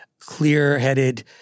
clear-headed